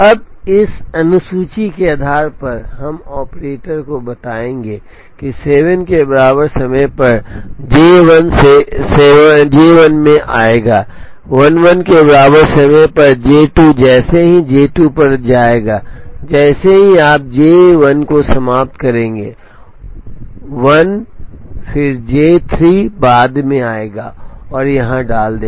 अब इस अनुसूची के आधार पर हम ऑपरेटर को बताएंगे कि 7 के बराबर समय पर J 1 J 1 में आएगा 11 के बराबर समय पर J 2 जैसे ही J 2 आएगा जैसे ही आप J को समाप्त करेंगे 1 और फिर जे 3 बाद में आएगा और यहां डाल देगा